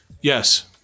Yes